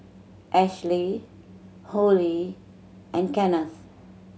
Ashley Hollie and Kenneth